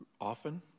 often